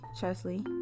Chesley